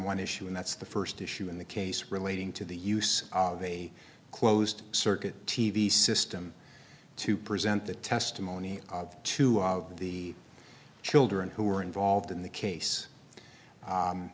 one issue and that's the first issue in the case relating to the use of a closed circuit t v system to present the testimony of two of the children who were involved in the case